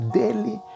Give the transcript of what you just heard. daily